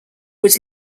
was